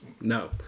No